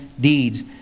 deeds